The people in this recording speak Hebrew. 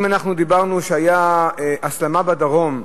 אם דיברנו על כך שהיתה הסלמה בדרום,